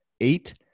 eight